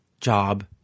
job